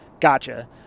Gotcha